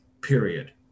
period